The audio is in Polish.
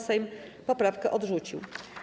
Sejm poprawkę odrzucił.